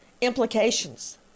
implications